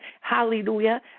Hallelujah